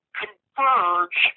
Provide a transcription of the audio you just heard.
converge